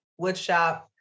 woodshop